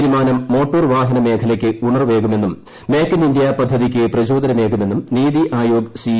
തീരുമാനം മോട്ടോർ വാഹന മേഖലയ്ക്ക് ഉണർവേകുമെന്നും മേക് ഇൻ ഇൻഡ്യാ പദ്ധതിക്ക് പ്രചോദനമേകുമെന്നും നിതി ആയോഗ്സ്റ്റിഇ